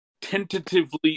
tentatively